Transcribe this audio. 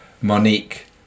Monique